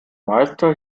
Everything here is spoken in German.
meister